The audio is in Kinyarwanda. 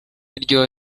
iryoha